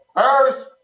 first